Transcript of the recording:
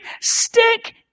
stick